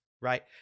right